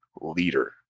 leader